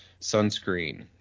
sunscreen